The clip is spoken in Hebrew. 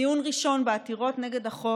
דיון ראשון בעתירות נגד החוק,